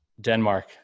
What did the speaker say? denmark